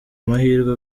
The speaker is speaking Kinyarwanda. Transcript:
amahirwe